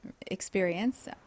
experience